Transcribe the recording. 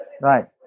Right